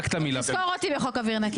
תזכור אותי בחוק אוויר נקי.